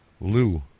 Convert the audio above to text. Lou